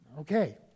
Okay